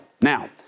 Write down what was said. Now